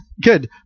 Good